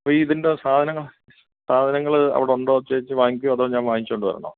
അപ്പം ഈ ഇതിന്റെ സാധനങ്ങള് സാധനങ്ങൾ അവിടുണ്ടോ ചേച്ചി വാങ്ങിക്കോ അതോ ഞാൻ വാങ്ങിച്ചോണ്ട് വരണോ